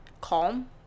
calm